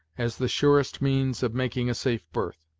as the surest means of making a safe berth.